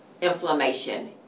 inflammation